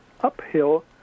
uphill